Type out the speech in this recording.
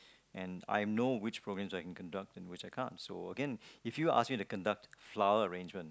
and I know which programs I can conduct and which I can't so again if you asked me to conduct flower arrangement